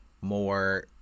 more